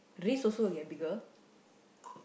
wrist also will get bigger